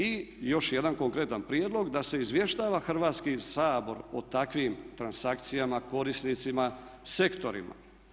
I još jedan konkretan prijedlog da se izvještava Hrvatski sabor o takvim transakcijama, korisnicima, sektorima.